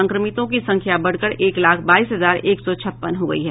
संक्रमितों की संख्या बढ़कर एक लाख बाईस हजार एक सौ छप्पन हो गई है